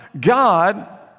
God